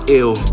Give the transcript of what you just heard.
ill